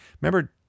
remember